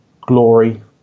glory